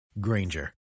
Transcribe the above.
Granger